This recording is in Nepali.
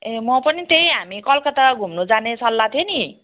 ए म पनि त्यही हामी कलकत्ता घुम्नु जाने सल्लाह थियो नि